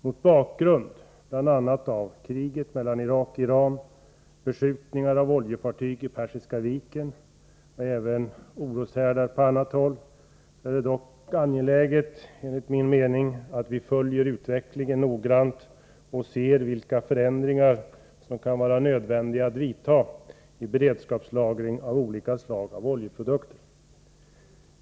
Mot bakgrund av bl.a. kriget mellan Irak och Iran, beskjutning av oljefartyg i Persiska viken och oroshärdar även på annat håll, är det dock angeläget att följa utvecklingen noggrant och se vilka förändringar som kan vara nödvändiga att vidta beträffande beredskapslagring av olika slag av oljeprodukter.